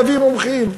להביא מומחים,